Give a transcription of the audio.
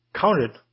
counted